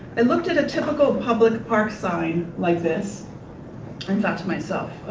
i looked at a typical public park sign like this and thought to myself,